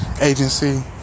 agency